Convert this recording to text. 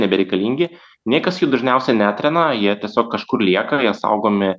nebereikalingi niekas jų dažniausiai netrina jie tiesiog kažkur lieka jie saugomi